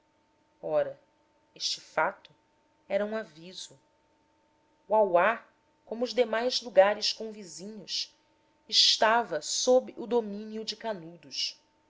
ora este fato era um aviso uauá como os demais lugares convizinhos estava sob o domínio de canudos